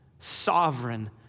Sovereign